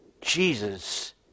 Jesus